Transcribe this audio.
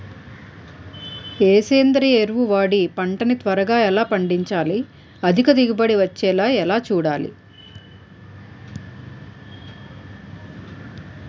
ఏ సేంద్రీయ ఎరువు వాడి పంట ని త్వరగా ఎలా పండించాలి? అధిక దిగుబడి వచ్చేలా ఎలా చూడాలి?